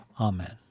Amen